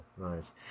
Nice